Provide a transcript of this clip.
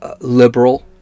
liberal